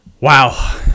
Wow